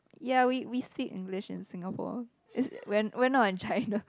ya we we speak English in Singapore we're we're not in China